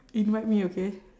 invite me okay